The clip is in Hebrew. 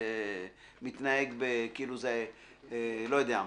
ומתנהג כאילו לא יודע מה,